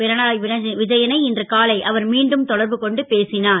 பினரா விஜயனை இன்று காலை அவர் மீண்டும் தொடர்பு கொண்டு பேசினார்